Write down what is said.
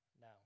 no